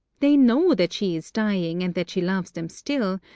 they know that she is dying and that she loves them still,